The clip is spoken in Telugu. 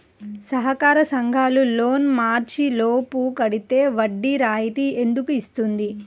సహకార సంఘాల లోన్ మార్చి లోపు కట్టితే వడ్డీ రాయితీ ఎందుకు ఇస్తుంది?